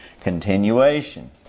continuation